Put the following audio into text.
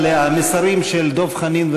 אם שניים יעיינו בטופס,